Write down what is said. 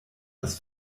das